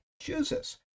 chooses